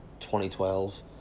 2012